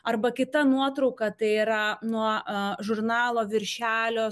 arba kita nuotrauka tai yra nuo a žurnalo viršelio